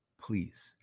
Please